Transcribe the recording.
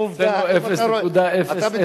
אז עובדה, אצלנו ...0.0000.